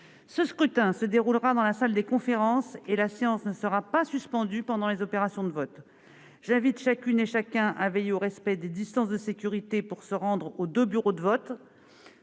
Ce scrutin se déroulera dans la salle des Conférences ; la séance ne sera pas suspendue durant les opérations de vote. J'invite chacune et chacun à veiller au respect des distances de sécurité en se rendant aux deux bureaux de vote,